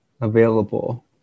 available